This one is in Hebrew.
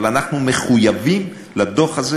אבל אנחנו מחויבים לדוח הזה